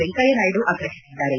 ವೆಂಕಯ್ಥನಾಯ್ದು ಆಗ್ರಹಿಸಿದ್ದಾರೆ